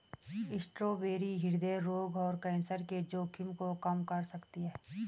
strawberry हृदय रोग और कैंसर के जोखिम को कम कर सकती है